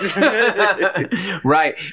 Right